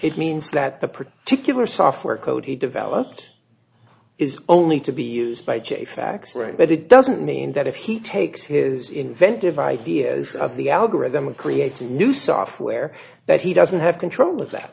it means that the particular software code he developed is only to be used by jay facts right but it doesn't mean that if he takes his inventive ideas of the algorithm and creates a new software that he doesn't have control of that